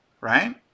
right